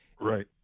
right